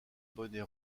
bonnet